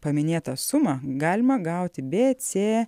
paminėtą sumą galima gauti b c